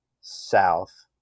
south